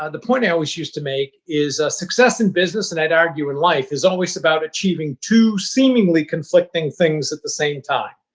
ah the point i always used to make is, success in business and i'd argue, in life is always about achieving two seemingly conflicting things at the same time.